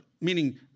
meaning